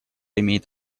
имеет